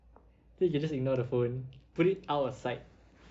okay you can just ignore the phone put it out of sight